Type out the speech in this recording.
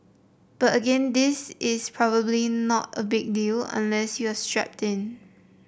but again this is probably not a big deal unless you are strapped in